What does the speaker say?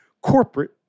Corporate